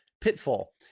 pitfall